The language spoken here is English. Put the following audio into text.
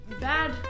bad